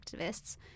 activists